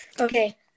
Okay